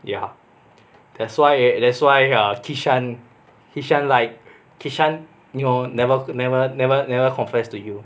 ya that's why that's why uh kishan kishan like kishan you know never never never never confess to you